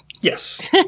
Yes